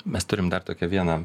mes turim dar tokią vieną